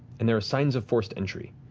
and there are signs of forced entry.